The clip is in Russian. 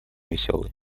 веселый